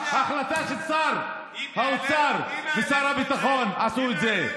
החלטה של שר האוצר ושר הביטחון עשתה את זה.